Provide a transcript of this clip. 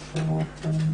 רבדים.